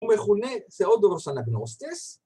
‫הוא מכונה תיאודורוס-אנגנוסטס.